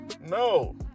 no